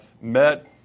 met